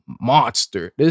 monster